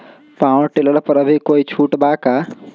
Power tiller पर अभी कोई छुट बा का?